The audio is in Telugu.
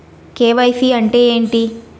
కే.వై.సీ అంటే ఏంటి?